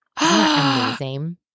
Amazing